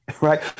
Right